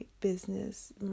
business